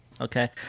Okay